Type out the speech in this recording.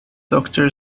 doctor